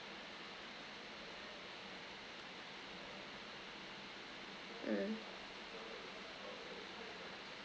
mm